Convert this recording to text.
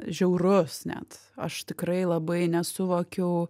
žiaurus net aš tikrai labai nesuvokiau